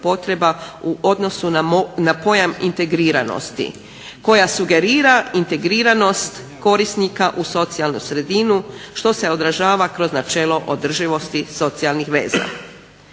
u odnosu na pojam integriranosti koja sugerira integriranost korisnika u socijalnu sredinu što se odražava kroz načelo održivosti socijalnih veza.